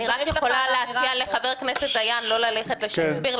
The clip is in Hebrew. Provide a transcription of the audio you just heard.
אני רק יכולה להציע לחבר הכנסת דיין לא ללכת לשייקספיר,